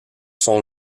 sont